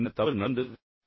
ஆனால் என்ன தவறு நடந்தது